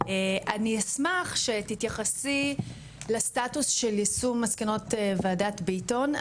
אני אשמח שתתייחסי לסטטוס של יישום מסקנות וועדת ביטון.